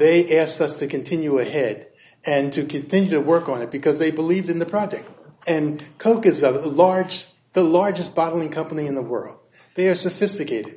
they asked us to continue ahead and to continue to work on it because they believed in the project and compass of the large the largest bottling company in the world they're sophisticated